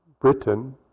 Britain